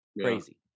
Crazy